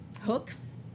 Hooks